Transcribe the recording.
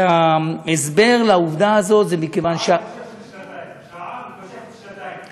וההסבר לעובדה הזאת זה, שעה מתמשכת לשנתיים.